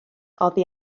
oddi